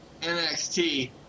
NXT